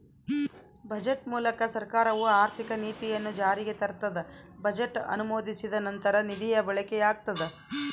budget ಮೂಲಕ ಸರ್ಕಾರವು ಆರ್ಥಿಕ ನೀತಿಯನ್ನು ಜಾರಿಗೆ ತರ್ತದ ಬಜೆಟ್ ಅನುಮೋದಿಸಿದ ನಂತರ ನಿಧಿಯ ಬಳಕೆಯಾಗ್ತದ